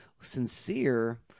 sincere